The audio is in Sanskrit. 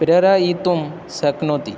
प्रेरयितुं शक्नोति